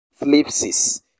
Flipsis